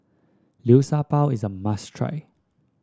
Liu Sha Bao is a must try